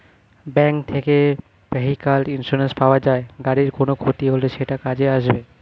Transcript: bank থেকে vehicle insurance পাওয়া যায়, গাড়ির কোনো ক্ষতি হলে সেটা কাজে আসবে